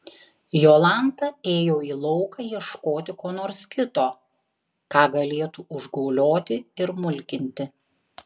jolanta ėjo į lauką ieškoti ko nors kito ką galėtų užgaulioti ir mulkinti